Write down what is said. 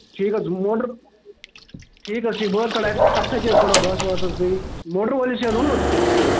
ٹھیٖک حظ چھُ موٹر ٹھیٖک حظ چھُ ٹھیٖک بہٕ حظ کڈٕ اَتھٕ سۭتۍ حظ کڈو گاسہٕ واسہٕ حظ بیٚیہِ موٹر وٲلِس چھِ حظ ووٚنمُت